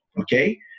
okay